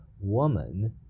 woman